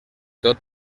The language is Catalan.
tot